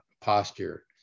posture